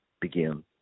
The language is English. begin